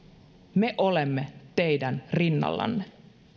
me olemme teidän rinnallanne